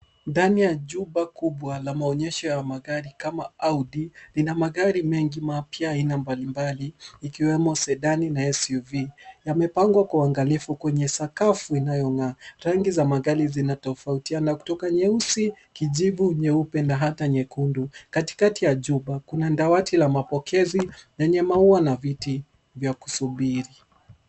Ndani ya jumba kubwa la maonyesho ya magari kama Audi, lina magari mengi mapya aina mbalimbali, ikiwemo Sedani na SUV. Yamepangwa kwa uangalifu kwenye sakafu inayong'aa. Rangi za magari zinatofautiana kutoka nyeusi, kijivu, nyeupe, na hata nyekundu. Katikati ya jumba, kuna dawati la mapokezi, lenye maua na viti, vya kusubiri.